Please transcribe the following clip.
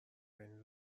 بین